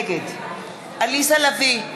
נגד עליזה לביא,